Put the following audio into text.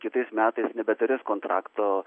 kitais metais nebeturės kontrakto